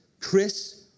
Chris